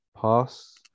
pass